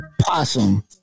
possum